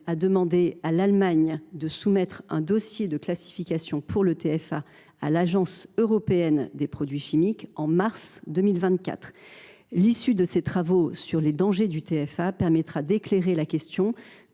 a demandé à l’Allemagne de soumettre un dossier de classification pour le TFA à l’Agence européenne des produits chimiques en mars 2024. L’issue de ces travaux sur les dangers de ce métabolite permettra d’éclairer la question.